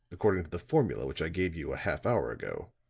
according to the formula which i gave you a half hour ago.